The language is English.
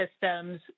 systems